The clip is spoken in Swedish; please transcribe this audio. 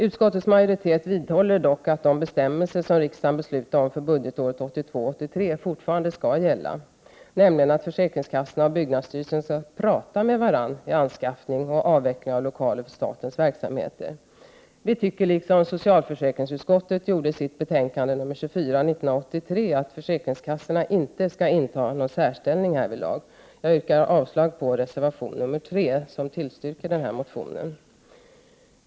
Utskottets majoritet vidhåller dock att de bestämmelser som riksdagen beslutade om för budgetåret 1982/83 fortfarande skall gälla, nämligen att försäkringskassorna och byggnadsstyrelsen skall prata med varandra vid anskaffning och avveckling av lokaler för statens verksamheter. Vi tycker, liksom socialförsäkringsutskottet i sitt betänkande nr 24 från 1983, att försäkringskassorna inte skall inta någon särställning härvidlag. Jag yrkar avslag på reservation 3, där denna motion tillstyrks.